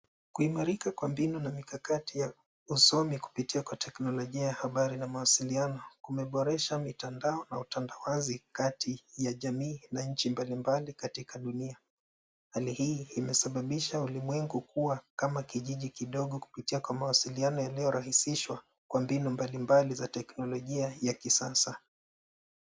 Kuimarika kwa mbinu na mikakati ya usomi kupitia kwa teknolojia, habari na mawasiliano kumeboresha mitandao na utandawazi kati ya jamii na nchi mbalimbali katika dunia. Hali hii imesababisha ulimwengu kuwa kama kijiji kidogo kupitia kwa mawasiliano yaliyo rahisishwa kwa mbinu mbalimbali za teknolojia ya kisasa.